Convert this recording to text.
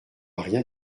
rien